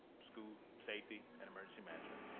school safety and emergency management.